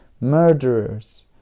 murderers